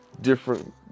different